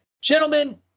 gentlemen